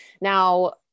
Now